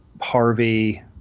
Harvey